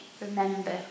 remember